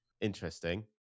Interesting